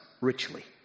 richly